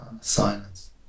silence